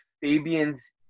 Fabian's